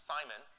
Simon